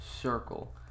Circle